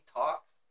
talks